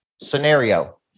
scenario